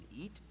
eat